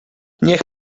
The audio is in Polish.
niech